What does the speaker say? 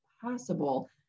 possible